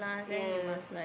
yea